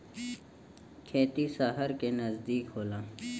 खेती सहर के नजदीक होला